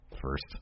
first